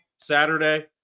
Saturday